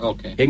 Okay